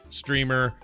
streamer